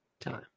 time